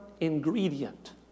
ingredient